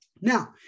Now